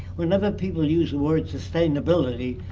when other people use the word sustainability,